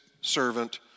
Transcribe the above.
servant